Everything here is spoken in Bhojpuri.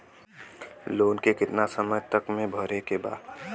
लोन के कितना समय तक मे भरे के बा?